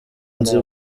nzi